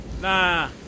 Nah